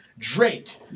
Drake